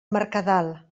mercadal